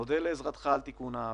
נודה לעזרתך על תיקון העוול".